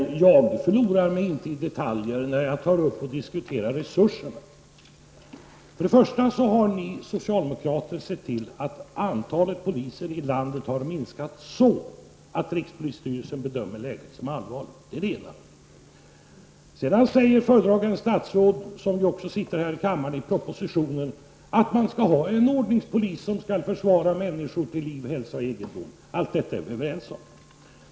Fru talman! Jag förlorar mig inte i detaljer när jag tar upp resurserna till diskussion. Först har ni socialdemokrater sett till att antalet poliser i landet har minskat, så att rikspolisstyrelsen bedömer läget som allvarligt. Det är det ena. Sedan skriver föredragande statsrådet, som ju också sitter här i kammaren, i propositionen att man skall ha en ordningspolis som skall försvara människor till liv, hälsa och egendom. Allt detta är vi överens om.